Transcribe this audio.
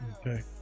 Okay